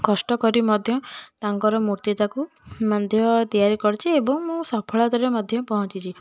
କଷ୍ଟ କରି ମଧ୍ୟ ତାଙ୍କର ମୂର୍ତ୍ତିଟାକୁ ମଧ୍ୟ ତିଆରି କରିଛି ଏବଂ ମୁଁ ସଫଳତାରେ ମଧ୍ୟ ପହଞ୍ଚିଛି